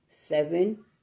seven